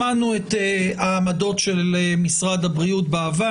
שמענו את העמדות של משרד הבריאות בעבר.